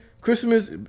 Christmas